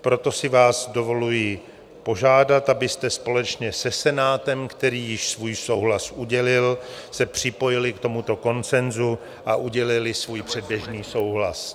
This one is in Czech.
Proto si vás dovoluji požádat, abyste společně se Senátem, který již svůj souhlas udělil, se připojili k tomuto konsenzu a udělili svůj předběžný souhlas.